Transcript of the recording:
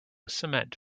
cement